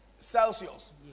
Celsius